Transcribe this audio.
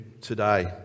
today